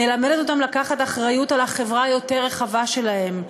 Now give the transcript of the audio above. מלמדת אותם לקחת אחריות על החברה היותר רחבה שלהם,